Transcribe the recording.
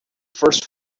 first